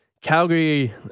Calgary